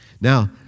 Now